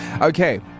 okay